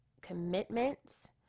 commitments